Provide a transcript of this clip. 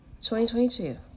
2022